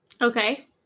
Okay